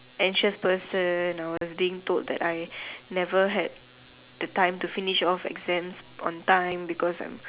anxious person or was being told that I never had the time to finish off exams on time because I'm